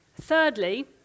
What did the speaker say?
Thirdly